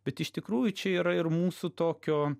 bet iš tikrųjų čia yra ir mūsų tokio